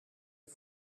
est